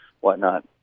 whatnot